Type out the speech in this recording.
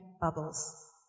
bubbles